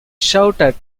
shouted